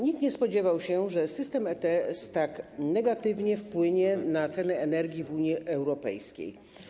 Nikt nie spodziewał się, że system ETS tak negatywnie wpłynie na ceny energii w Unii Europejskiej.